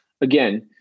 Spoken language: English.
again